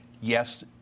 yes